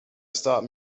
stop